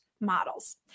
models